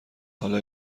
حالا